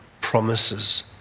promises